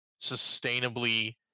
sustainably